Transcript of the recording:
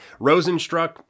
Rosenstruck